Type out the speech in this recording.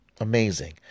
Amazing